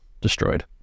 destroyed